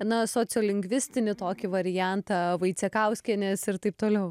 na sociolingvistinį tokį variantą vaicekauskienės ir taip toliau